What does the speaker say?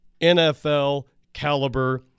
NFL-caliber